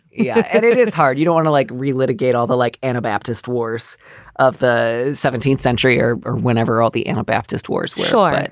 yeah and it is hard. you don't want to, like, relitigate all the like anabaptist wars of the seventeenth century or or whenever all the anabaptist wars were short.